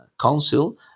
Council